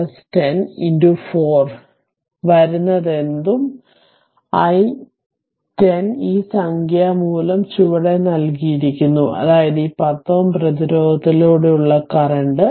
5 10 4 വരുന്നതെന്തും i10 ഈ സംഖ്യാ മൂല്യം ചുവടെ നൽകിയിരിക്കുന്നു അതായത് ഈ 10 Ω പ്രതിരോധത്തിലൂടെ ഉള്ള കറന്റ്